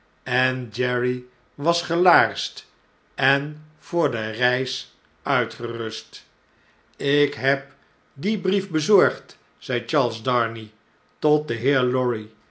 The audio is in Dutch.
en jerry wasgelaarsd en voor de reis uitgerust ik heb dien brief bezorgd zei charlesdarnay tot den heer lorry